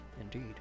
Indeed